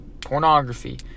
Pornography